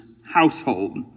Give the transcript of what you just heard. household